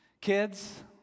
Kids